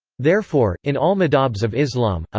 therefore, in all madhhabs of islam,